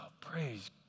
praise